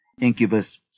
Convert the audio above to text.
incubus